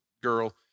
girl